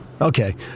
Okay